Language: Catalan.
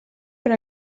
per